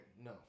no